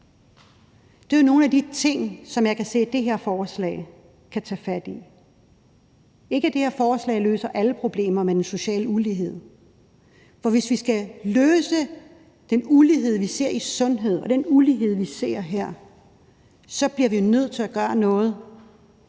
Det er jo nogle af de ting, som jeg kan se det her forslag kan tage fat i. Det er ikke, fordi det her forslag løser alle problemer med den sociale ulighed, for hvis vi skal løse problemet med den ulighed, vi ser i sundhed, og den ulighed, vi ser her, så bliver vi nødt til at gøre noget,